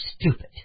stupid